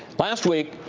last week,